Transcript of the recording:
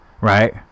Right